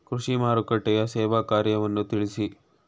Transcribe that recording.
ಕೃಷಿ ಮಾರುಕಟ್ಟೆಯ ಸೇವಾ ಕಾರ್ಯವನ್ನು ತಿಳಿಸಿ?